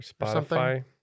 Spotify